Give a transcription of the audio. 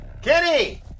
Kenny